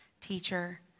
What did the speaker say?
Teacher